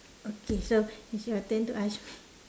okay so it's your turn to ask